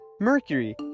Mercury